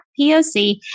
POC